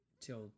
till